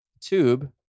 Tube